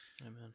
Amen